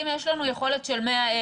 אם יש לנו יכולת של 100,000,